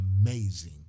amazing